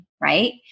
right